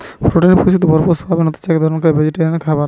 protein পুষ্টিতে ভরপুর soybean হতিছে এক ধরণকার ভেজিটেরিয়ান খাবার